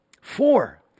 Four